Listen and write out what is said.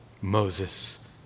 Moses